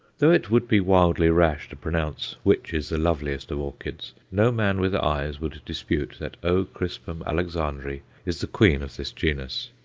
though it would be wildly rash to pronounce which is the loveliest of orchids, no man with eyes would dispute that o. crispum alexandrae is the queen of this genus.